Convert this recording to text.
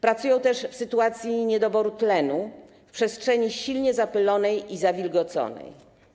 Pracują oni też w sytuacji niedoboru tlenu, w przestrzeni silnie zapylonej i zawilgoconej.